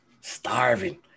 starving